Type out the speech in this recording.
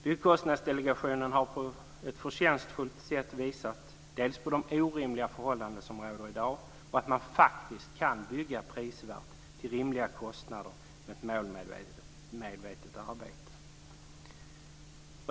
Byggkostnadsdelegationen har på ett förtjänstfullt sätt visat dels på de orimliga förhållanden som i dag råder, dels på att man faktiskt kan bygga prisvärt, till rimliga kostnader, med ett målmedvetet arbete.